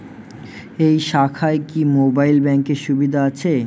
এই শাখায় কি মোবাইল ব্যাঙ্কের সুবিধা আছে?